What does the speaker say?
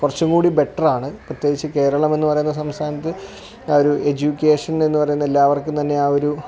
കുറച്ചുംകൂടി ബെറ്ററാണ് പ്രത്യേകിച്ചും കേരളമെന്ന് പറയുന്ന സംസ്ഥാനത്ത് ആ ഒരു എഡ്യൂക്കേഷനെന്ന് പറയുന്നെ എല്ലാവർക്കും തന്നെ ആ ഒരു